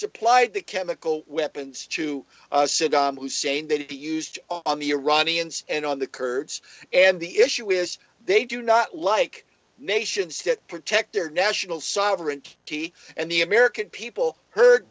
supplied the chemical weapons to saddam hussein that it be used on the iranians and on the kurds and the issue is they do not like nations to protect their national sovereignty and the american